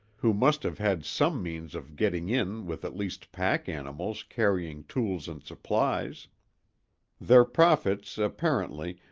who must have had some means of getting in with at least pack animals carrying tools and supplies their profits, apparently,